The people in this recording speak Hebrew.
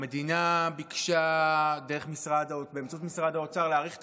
המדינה ביקשה באמצעות משרד האוצר להאריך את